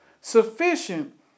Sufficient